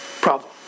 problem